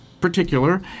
Particular